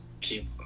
keep